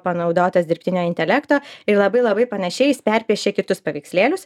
panaudotas dirbtinio intelekto ir labai labai panašiai jis perpiešė kitus paveikslėlius